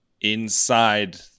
inside